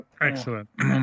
Excellent